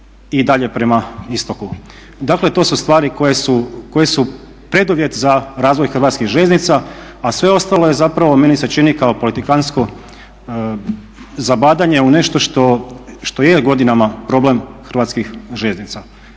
i dalje prema istoku. Dakle to su stvari koje su preduvjet za razvoj Hrvatskih željeznica, a sve ostalo je meni se čini kao politikantsko zabadanje u nešto što je godinama problem Hrvatskih željeznica.